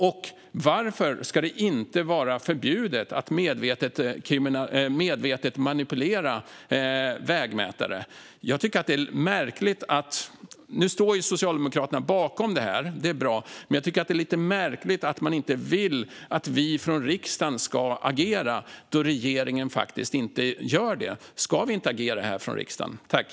Och varför ska det inte vara förbjudet att medvetet manipulera vägmätare? Nu står Socialdemokraterna bakom detta, och det är bra, men jag tycker att det är lite märkligt att de inte vill att vi i riksdagen ska agera då regeringen inte gör det? Ska vi inte agera från riksdagen här?